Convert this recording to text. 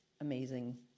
amazing